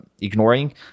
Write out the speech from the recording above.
ignoring